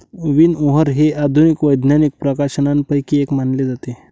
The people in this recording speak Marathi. विनओवर हे आधुनिक वैज्ञानिक प्रकाशनांपैकी एक मानले जाते